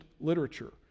literature